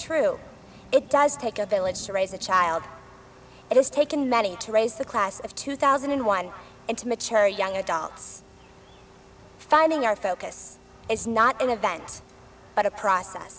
true it does take a village to raise a child it has taken many to raise the class of two thousand and one into mature young adults finding our focus is not an event but a process